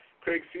Craig